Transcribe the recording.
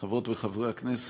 תודה רבה, חברות וחברי הכנסת,